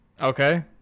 Okay